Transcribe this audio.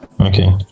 Okay